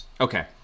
Okay